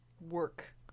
work